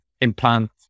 implant